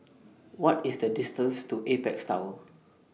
What IS The distance to Apex Tower